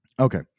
Okay